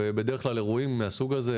ובדרך כלל אירועים מהסוג הזה,